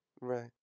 Right